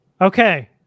Okay